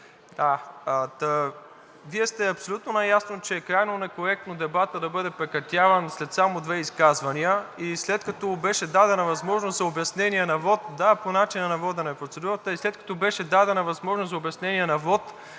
Вие се абсолютно наясно, че е крайно некоректно дебатът да бъде прекратяван след само две изказвания и след като беше дадена възможност за обяснение на вот